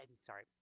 sorry